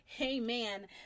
amen